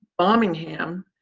bombingham,